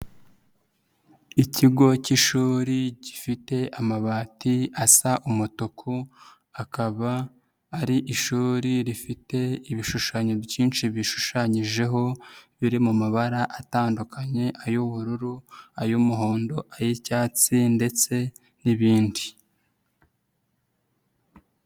Ikigo k'ishuri gifite amabati asa umutuku. Akaba ari ishuri rifite ibishushanyo byinshi bishushanyijeho biri mu mabara atandukanye; ay'ubururu, ay'umuhondo, ay'icyatsi, ndetse n'ibindi.